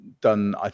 done